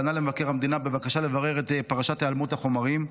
פנה למבקר המדינה בבקשה לברר את פרשת היעלמות החומרים,